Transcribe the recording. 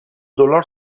دلار